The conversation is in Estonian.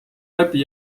läbi